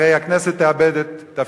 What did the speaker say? הרי הכנסת תאבד את תפקידה.